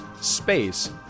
space